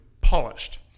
polished